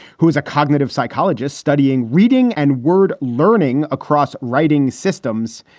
who is a cognitive psychologist studying, reading and word learning across writing systems,